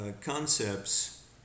concepts